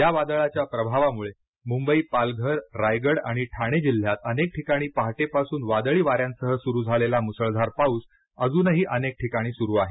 या वादळाच्या प्रभावामुळे मुंबई पालघर रायगड आणि ठाणे जिल्ह्यात अनेक ठिकाणी पहाटेपासून वादळी वाऱ्यांसह सुरू झालेला मुसळधार पाऊस अजूनही अनेक ठिकाणी सुरू आहे